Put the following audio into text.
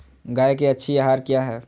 गाय के अच्छी आहार किया है?